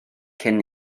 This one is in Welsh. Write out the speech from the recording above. cyn